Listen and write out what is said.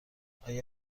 آیا